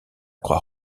croix